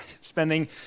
spending